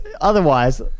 otherwise